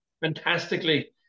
fantastically